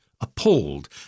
appalled